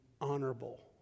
honorable